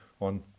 on